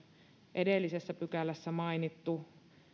edellisessä pykälässä mainittu